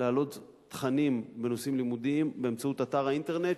להעלות תכנים בנושאים לימודיים באמצעות אתר האינטרנט,